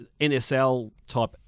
NSL-type